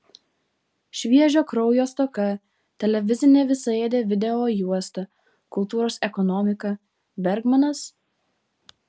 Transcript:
šviežio kraujo stoka televizinė visaėdė videojuosta kultūros ekonomika bergmanas